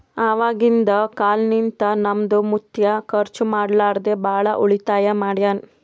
ಅವಾಗಿಂದ ಕಾಲ್ನಿಂತ ನಮ್ದು ಮುತ್ಯಾ ಖರ್ಚ ಮಾಡ್ಲಾರದೆ ಭಾಳ ಉಳಿತಾಯ ಮಾಡ್ಯಾನ್